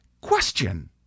Question